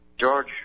George